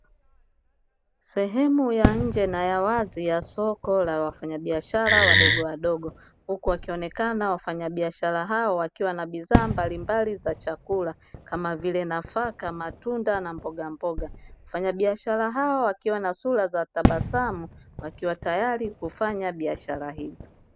Sehemu ya nje na yawazi ya soko la wafanyabiashara wadogowadogo, huku wakionekana wafanya biashara hao wakiwa na bidhaa mbalimbali za chakula kama vile nafaka, matunda na mbogamboga, wafanyabiashara hao wakiwa na sura za tabasamu wakiwa tayari kufanya biashara hizo.